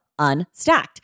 Unstacked